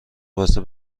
واسه